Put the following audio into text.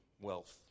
wealth